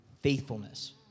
faithfulness